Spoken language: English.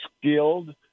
skilled